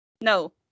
No